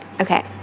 Okay